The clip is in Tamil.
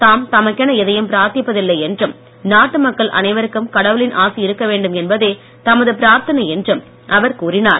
தாம் தனக்கென பிரார்த்திப்பதில்லை என்றும் நாட்டு மக்கள் அனைவருக்கும் கடவுளின் ஆசி இருக்கவேண்டும் என்பதே தமது பிரார்த்தனை என்றும் அவர் கூறினார்